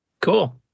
Cool